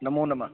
नमो नमः